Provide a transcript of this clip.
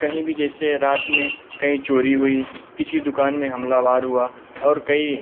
कहीं भी जैसे रात में कहीं चोरी हुई किसी दुकान में हमलावार हुआ और कई